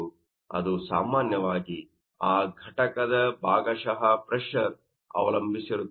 ಅದು ಸಾಮಾನ್ಯವಾಗಿ ಆ ಘಟಕದ ಭಾಗಶಃ ಪ್ರೆಶರ್ ಅವಲಂಬಿಸಿರುತ್ತದೆ